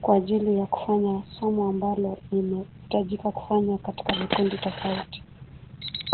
kwa ajili ya kufanya somo ambalo lina, hitajika kufanywa katika vikundi tofauti.